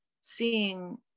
seeing